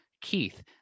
Keith